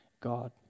God